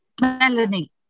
Melanie